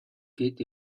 гээд